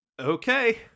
okay